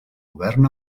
govern